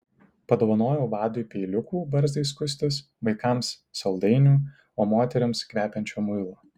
padovanojau vadui peiliukų barzdai skustis vaikams saldainių o moterims kvepiančio muilo